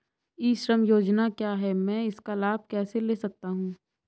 ई श्रम योजना क्या है मैं इसका लाभ कैसे ले सकता हूँ?